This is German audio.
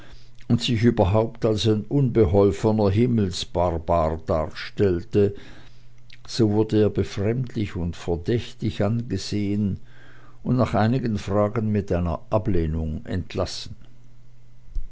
und sich überhaupt als ein unbeholfener himmelsbarbar darstellte so wurde er befremdlich und verdächtig angesehen und nach einigen fragen mit einer ablehnung entlassen